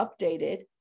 updated